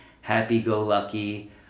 happy-go-lucky